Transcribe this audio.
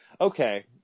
Okay